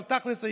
אבל תכל'ס,